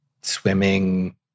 swimming